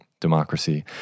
democracy